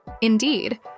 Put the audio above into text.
Indeed